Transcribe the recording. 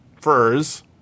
furs